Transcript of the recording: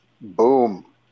Boom